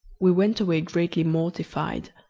we went away greatly mortified,